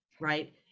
right